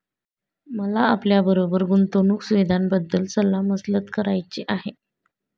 मला आपल्याबरोबर गुंतवणुक सुविधांबद्दल सल्ला मसलत करायची आहे